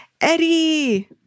Eddie